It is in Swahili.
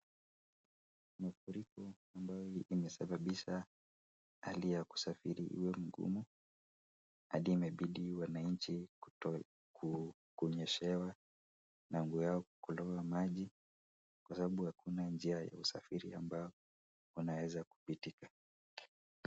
Mafuriko ambayo imesababisha hali ya kusafiri iwe ngumu hadi imebidi wananchi kunyeshewa na nguo yao kuloa maji kwa sababu hakuna njia ya usafiri ambayo wanaweza kupitika